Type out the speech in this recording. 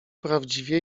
prawdziwie